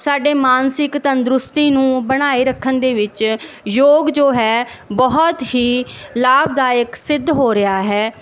ਸਾਡੇ ਮਾਨਸਿਕ ਤੰਦਰੁਸਤੀ ਨੂੰ ਬਣਾਈ ਰੱਖਣ ਦੇ ਵਿੱਚ ਯੋਗ ਜੋ ਹੈ ਬਹੁਤ ਹੀ ਲਾਭਦਾਇਕ ਸਿੱਧ ਹੋ ਰਿਹਾ ਹੈ